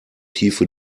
tiefe